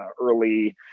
early